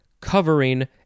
covering